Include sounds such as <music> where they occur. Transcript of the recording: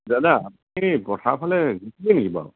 দাদা এই পথাৰৰ ফালে <unintelligible> বাৰু